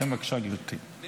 כן, בבקשה, גברתי.